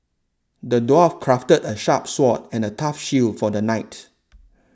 the dwarf crafted a sharp sword and a tough shield for the knight